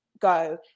go